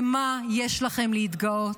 במה יש לכם להתגאות?